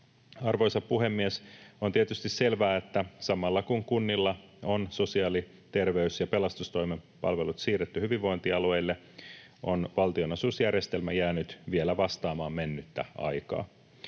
Arvoisa puhemies! On tietysti selvää, että samalla kun kunnilla on sosiaali‑, terveys‑ ja pelastustoimen palvelut siirretty hyvinvointialueille, on valtionosuusjärjestelmä jäänyt vielä vastaamaan mennyttä aikaa.